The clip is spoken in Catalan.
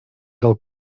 del